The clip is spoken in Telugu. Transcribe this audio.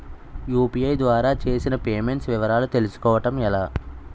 యు.పి.ఐ ద్వారా చేసిన పే మెంట్స్ వివరాలు తెలుసుకోవటం ఎలా?